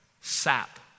Sap